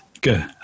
good